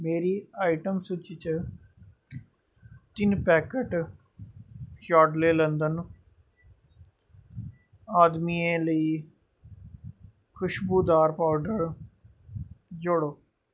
मेरी आइटम सूची च तिन्न पैकट यार्डली लंदन आदमियें लेई खुश्बोदार पौडर जोड़ो